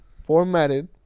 formatted